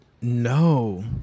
No